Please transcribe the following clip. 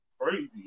crazy